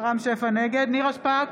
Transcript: נירה שפק,